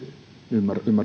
ymmärrän